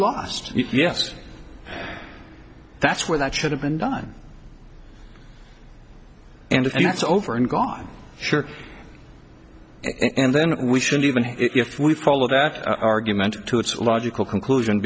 lost yes that's where that should have been done and it's over and gone sure and then we should even if we follow that argument to its logical conclusion